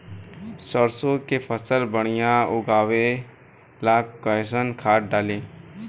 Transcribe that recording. सरसों के फसल बढ़िया उगावे ला कैसन खाद डाली?